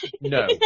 No